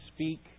speak